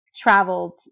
traveled